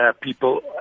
people